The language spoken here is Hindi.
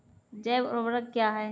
जैव ऊर्वक क्या है?